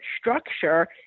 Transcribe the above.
structure